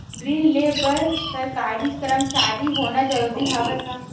ऋण ले बर सरकारी कर्मचारी होना जरूरी हवय का?